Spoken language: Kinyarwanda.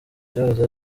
cyahoze